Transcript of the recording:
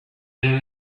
than